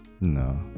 no